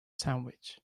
sandwich